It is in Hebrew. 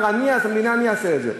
אומר: אני אעשה את זה.